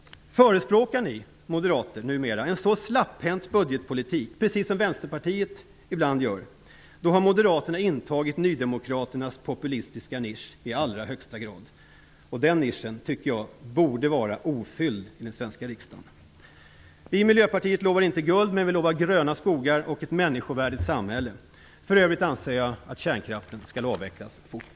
Om ni moderater numera förespråkar en så slapphänt budgetpolitik, precis som Vänsterpartiet ibland gör, då har ni intagit nydemokraternas populistiska nisch i allra högsta grad. Den nischen tycker jag borde vara ofylld i den svenska riksdagen. Vi i Miljöpartiet lovar inte guld, men vi lovar gröna skogar och ett människovärdigt samhälle. För övrigt anser jag att kärnkraften skall avvecklas fort.